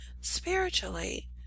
spiritually